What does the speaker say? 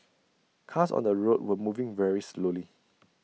cars on the road were moving very slowly